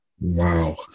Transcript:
Wow